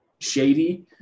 shady